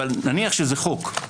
אבל נניח שזה חוק.